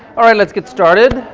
alright, let's get started.